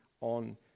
on